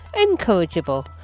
incorrigible